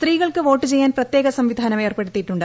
സ്ത്രീകൾക്ക് പ്പോട്ട് ചെയ്യാൻ പ്രത്യേക സംവിധാനം ഏർപ്പെടുത്തിയിട്ടുണ്ട്